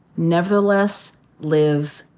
nevertheless, live.